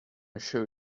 show